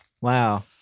Wow